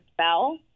spell